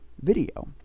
video